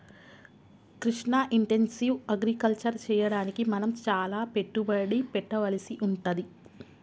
Krishna intensive agriculture చెయ్యడానికి మనం చాల పెట్టుబడి పెట్టవలసి వుంటది